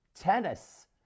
tennis